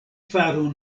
faru